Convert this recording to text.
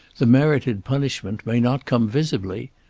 the merited punishment may not come visibly.